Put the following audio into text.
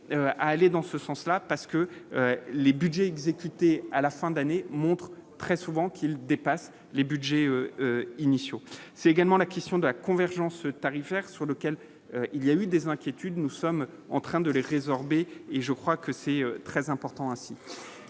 à aller dans ce sens-là, parce que les Budgets exécutés à la fin de l'année montre très souvent qu'qui dépasse les Budgets initiaux, c'est également la question de la convergence tarifaire sur lequel il y a eu des inquiétudes, nous sommes en train de les résorber et je crois que c'est très important ainsi